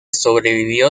sobrevivió